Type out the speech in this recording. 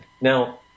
Now